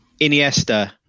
Iniesta